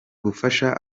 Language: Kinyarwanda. gufasha